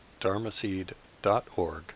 dharmaseed.org